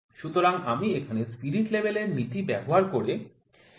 সুতরাং আমি এখানে স্পিরিট লেভেল এর নীতি ব্যবহার করে এটি ব্যাখ্যা করতে পারি